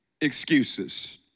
excuses